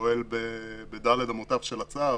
פועל בד' אמותיו של הצו